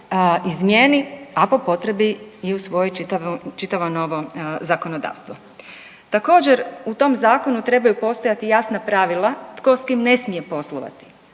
izmjeni a po potrebi i usvoji čitavo novo zakonodavstvo. Također, u tom zakonu trebaju postojati jasna pravila tko s kim ne smije poslovati.